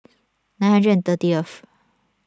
nine hundred and thirtieth